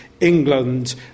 England